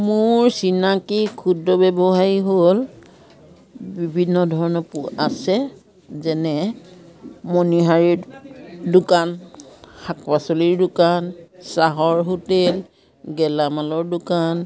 মোৰ চিনাকি ক্ষুদ্ৰ ব্যৱসায়ী হ'ল বিভিন্ন ধৰণৰ আছে যেনে মনোহাৰী দোকান শাক পাচলিৰ দোকান চাহৰ হোটেল গেলামানৰ দোকান